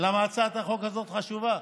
ולמה הצעת החוק הזו חשובה.